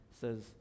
says